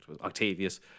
Octavius